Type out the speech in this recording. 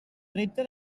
repte